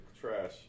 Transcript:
trash